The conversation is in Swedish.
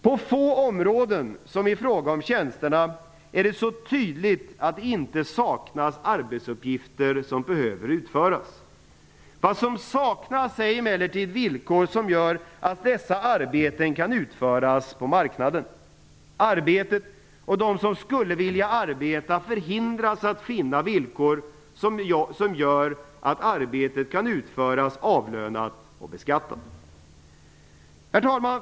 På få områden som i fråga om tjänsterna är det så tydligt att det inte saknas arbetsuppgifter som behöver utföras. Vad som saknas är emellertid villkor som gör att dessa arbeten kan utföras på marknaden. Arbetet och de som vill arbeta förhindras att finna villkor som gör att arbetet kan utföras avlönat och beskattat. Herr talman!